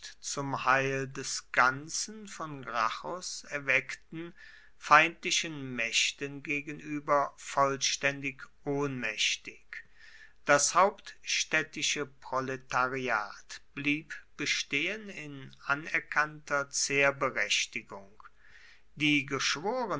zum heil des ganzen von gracchus erweckten feindlichen mächten gegenüber vollständig ohnmächtig das hauptstädtische proletariat blieb bestehen in anerkannter zehrberechtigung die